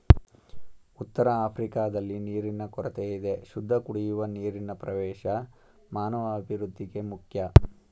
ಉತ್ತರಆಫ್ರಿಕಾದಲ್ಲಿ ನೀರಿನ ಕೊರತೆಯಿದೆ ಶುದ್ಧಕುಡಿಯುವ ನೀರಿನಪ್ರವೇಶ ಮಾನವಅಭಿವೃದ್ಧಿಗೆ ಮುಖ್ಯ